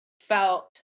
felt